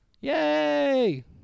Yay